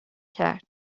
کرد